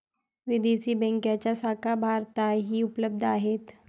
विदेशी बँकांच्या शाखा भारतातही उपलब्ध आहेत